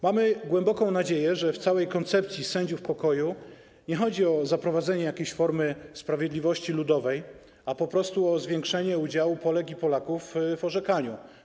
Mamy głęboką nadzieję, że w całej koncepcji sędziów pokoju nie chodzi o zaprowadzenie jakiejś formy sprawiedliwości ludowej, a po prostu o zwiększenie udziału Polek i Polaków w orzekaniu.